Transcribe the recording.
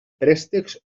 préstecs